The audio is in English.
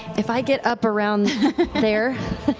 if i get up around there.